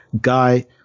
Guy